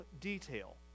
detail